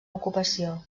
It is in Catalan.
ocupació